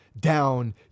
down